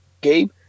Gabe